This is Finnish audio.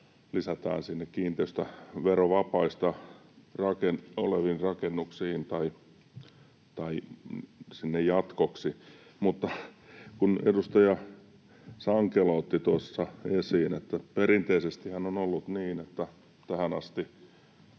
lisätään sinne kiinteistöverovapaista oleviin rakennuksiin tai sinne jatkoksi. Mutta edustaja Sankelo otti tuossa esiin, että perinteisestihän on ollut tähän asti